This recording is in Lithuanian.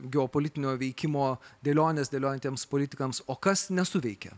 geopolitinio veikimo dėliones dėliojantiems politikams o kas nesuveikė